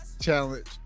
challenge